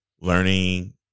Learning